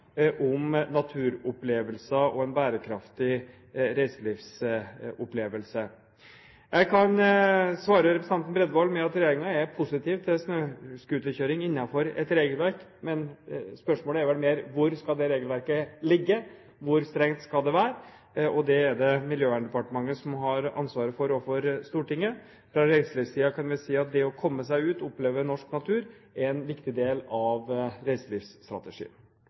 om naturopplevelser og en bærekraftig reiselivsopplevelse. Jeg kan svare representanten Bredvold med at regjeringen er positiv til snøscooterkjøring innenfor et regelverk. Men spørsmålet er vel heller hvor det regelverket skal ligge og hvor strengt det skal være. Det er det Miljøverndepartementet som har ansvaret for overfor Stortinget. Fra reiselivssiden kan man si at det å komme seg ut og å oppleve norsk natur er en viktig del av reiselivsstrategien.